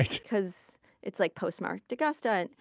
because it's like postmarked augusta. and